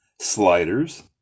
Sliders